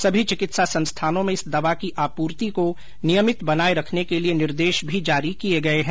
सभी चिकित्सा संस्थानों में इस दवा की आपूर्ति को नियमित बनाये रखने के लिए निर्देश भी जारी किये गये हैं